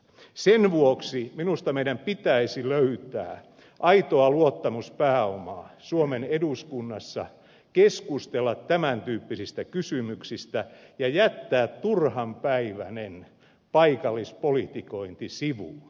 sen vuoksi minusta meidän pitäisi löytää aitoa luottamuspääomaa suomen eduskunnassa keskustella tämän tyyppisistä kysymyksistä ja jättää turhanpäiväinen paikallispolitikointi sivuun